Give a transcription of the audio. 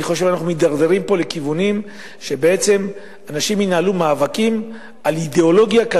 אני חושב שאנחנו מידרדרים פה לכיוונים שבעצם אנשים ינהלו מאבקים